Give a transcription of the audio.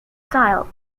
style